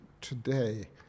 today